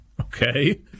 Okay